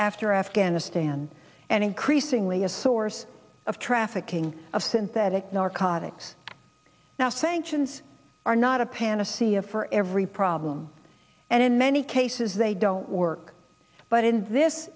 after afghanistan and increasingly a source of trafficking of synthetic narcotics now sanctions are not a panacea for every problem and in many cases they don't work but in this